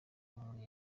muntu